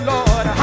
Lord